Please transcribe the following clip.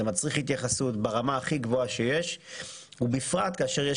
זה מצריך התייחסות ברמה הכי גבוהה שיש ובפרט כאשר יש